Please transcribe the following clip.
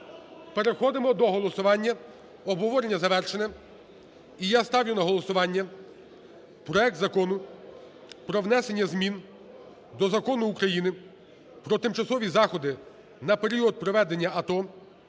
Переходимо до голосування. Обговорення завершене, і я ставлю на голосування проект Закону про внесення змін до Закону України "Про тимчасові заходи на період проведення АТО"